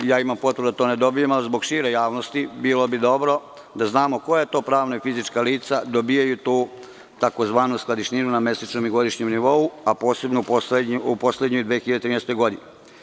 Ja imam potvrdu da to ne dobijam, ali bi bilo dobro zbog šire javnosti da znamo koja to pravna i fizička lica dobijaju tu tzv. skladišninu na mesečnom i godišnjem nivou, a posebno u poslednjoj, 2013. godini.